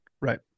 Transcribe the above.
Right